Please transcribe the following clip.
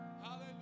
Hallelujah